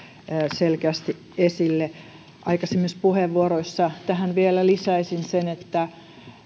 selkeästi esille aikaisemmissa puheenvuoroissa tähän vielä lisäisin sen että